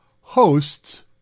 hosts